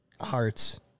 hearts